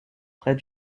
près